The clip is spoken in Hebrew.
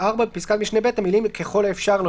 בפסקת משנה (ב), המילים "ככל האפשר" לא